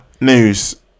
News